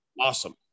awesome